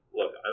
look